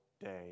day